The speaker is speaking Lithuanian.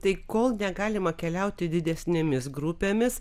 tai kol negalima keliauti didesnėmis grupėmis